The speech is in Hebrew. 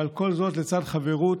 אבל כל זאת לצד חברות,